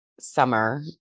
summer